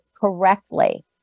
correctly